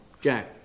Jack